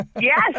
Yes